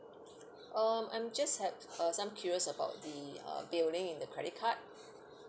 um I'm just have uh some queries about the uh billing in the credit card